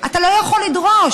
אתה לא יכול לדרוש.